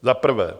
Za prvé.